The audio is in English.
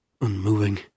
unmoving